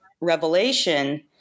revelation